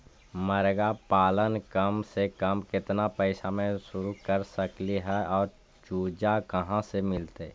मरगा पालन कम से कम केतना पैसा में शुरू कर सकली हे और चुजा कहा से मिलतै?